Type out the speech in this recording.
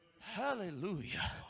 Hallelujah